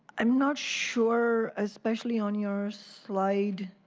i'm not sure especially on your slide,